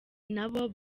nabo